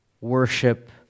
worship